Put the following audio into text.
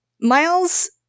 miles